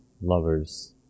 lovers